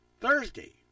Thursday